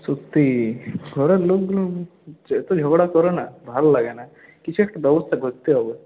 সত্যিই ঘরের লোকগুলো এত ঝগড়া করে না ভালো লাগে না কিছু একটা ব্যবস্থা করতে হবে